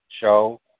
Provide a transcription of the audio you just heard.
show